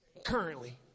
Currently